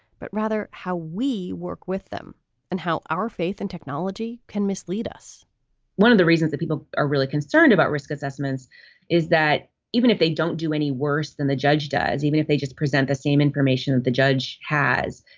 but rather how we work with them and how our faith and technology can mislead us one of the reasons that people are really concerned about risk assessments is that even if they don't do any worse than the judge does, even if they just present the same information that the judge has,